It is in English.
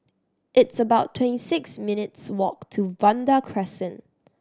it's about twenty six minutes' walk to Vanda Crescent